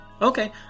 Okay